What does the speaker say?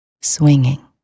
swinging